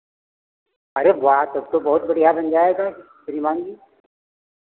अरे वाह तब तो बहुत बढ़ियाँ बन जायेगा श्री मान जी